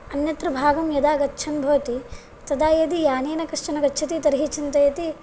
अन्यत्र भागं यदा गच्छन् भवति तदा यदि यानेन कश्चन गच्छति तर्हि चिन्तयति